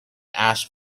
asked